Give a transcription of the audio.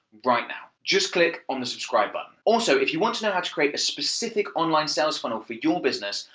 right now. just click on the subscribe button. also, if you want to know how to create a specific online sales funnel for your business,